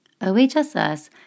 OHSS